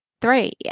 three